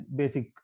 basic